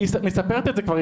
והיא מספרת את זה כבר,